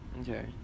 Okay